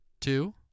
two